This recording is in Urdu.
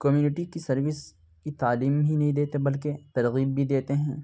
کمیونٹی کی سروس کی تعلیم ہی نہیں دیتے بلکہ ترغیب بھی دیتے ہیں